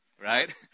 right